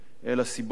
אלא סיבות אחרות,